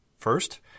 First